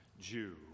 Jew